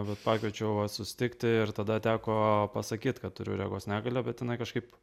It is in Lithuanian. bet pakviečiau va susitikti ir tada teko pasakyt kad turiu regos negalią bet jinai kažkaip